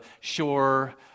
shore